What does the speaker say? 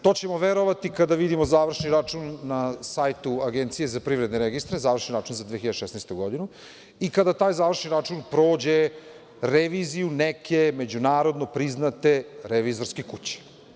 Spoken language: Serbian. To ćemo verovati kada vidimo završni račun na sajtu Agencije za privredne registre, završni račun za 2016. godinu i kada taj završni račun prođe reviziju neke međunarodne priznate revizorske kuće.